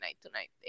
tonight